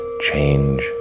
change